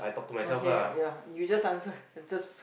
no here ya ya you just answer then just